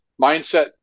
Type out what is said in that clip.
mindset